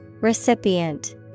Recipient